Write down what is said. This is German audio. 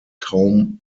kaum